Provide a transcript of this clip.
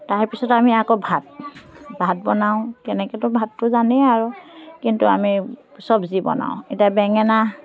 তাৰপিছত আমি আকৌ ভাত ভাত বনাওঁ তেনেকৈতো ভাতটো জানেই আৰু কিন্তু আমি চব্জি বনাওঁ এতিয়া বেঙেনা